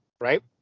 right